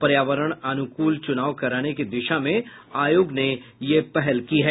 पर्यावरण अनुकूल चुनाव कराने की दिशा में आयोग ने पहल की है